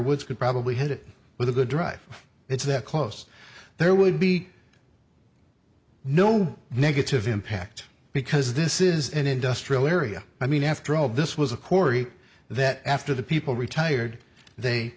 woods could probably hit it with a good drive it's that close there would be no negative impact because this is an industrial area i mean after all this was a cory that after the people retired they